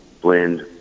blend